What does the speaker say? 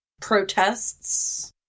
protests